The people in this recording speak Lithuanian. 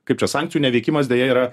kaip čia sankcijų neveikimas deja yra